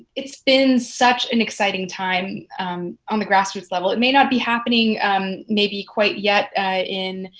it's been such an exciting time on the grass-roots level. it may not be happening um maybe quite yet in